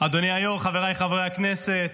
אדוני היו"ר, חבריי חברי הכנסת,